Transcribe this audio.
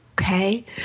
okay